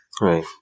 Right